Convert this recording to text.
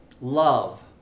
love